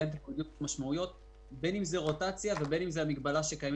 אנחנו נרצה שיהיה